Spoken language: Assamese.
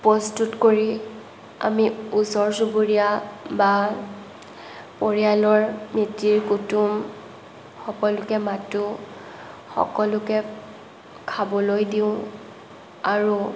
প্ৰস্তুত কৰি আমি ওচৰ চুবুৰীয়া বা পৰিয়ালৰ মিটিৰ কুটুম সকলোকে মাতোঁ সকলোকে খাবলৈ দিওঁ আৰু